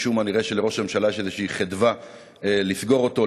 משום מה נראה שלראש הממשלה יש איזושהי חדווה לסגור אותו,